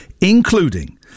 including